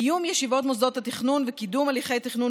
קיום ישיבות מוסדות התכנון וקידום הליכי התכנון